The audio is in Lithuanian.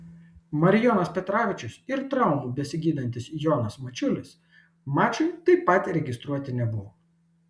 marijonas petravičius ir traumą besigydantis jonas mačiulis mačui taip pat registruoti nebuvo